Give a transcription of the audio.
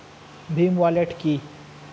Bhim wallet কি?